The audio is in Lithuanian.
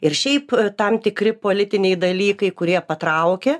ir šiaip tam tikri politiniai dalykai kurie patraukė